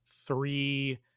three